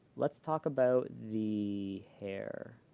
let's talk about the hair.